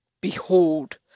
behold